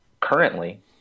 currently